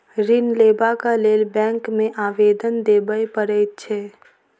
ऋण लेबाक लेल बैंक मे आवेदन देबय पड़ैत छै